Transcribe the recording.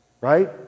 right